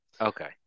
Okay